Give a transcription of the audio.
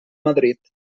madrid